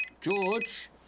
George